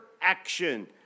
action